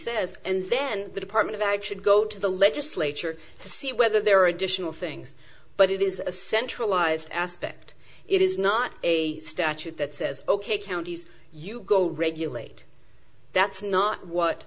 says and then the department of ag should go to the legislature to see whether there are additional things but it is a centralized aspect it is not a statute that says ok counties you go regulate that's not what